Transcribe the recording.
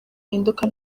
bihinduka